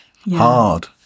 hard